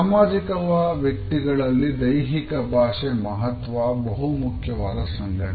ಸಾಮಾಜಿಕ ವ್ಯಕ್ತಿಗಳಲ್ಲಿ ದೈಹಿಕ ಭಾಷೆಯ ಮಹತ್ವ ಬಹು ಮುಖ್ಯವಾದ ಸಂಗತಿ